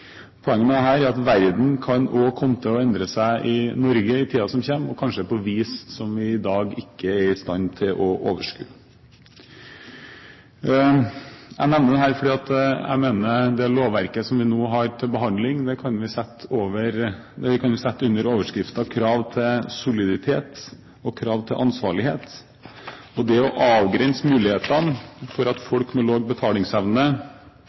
Poenget med dette er at verden også kan komme til å endre seg for Norge i tiden som kommer, og kanskje på et vis som vi i dag ikke er i stand til å overskue. Jeg nevner dette fordi jeg mener at det lovverket vi nå har til behandling, kan vi sette under overskriften «Krav til soliditet og krav til ansvarlighet». Og det å avgrense mulighetene for at folk med lav betalingsevne